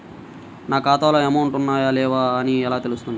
నా ఖాతాలో అమౌంట్ ఉన్నాయా లేవా అని ఎలా తెలుస్తుంది?